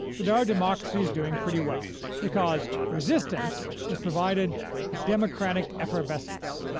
that our democracy is doing pretty well, because resistance has provided democratic effervescence.